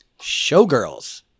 Showgirls